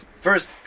First